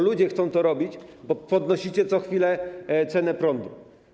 Ludzie chcą to robić, bo podnosicie co chwilę cenę prądu.